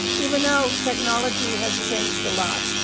even though technology has changed a lot,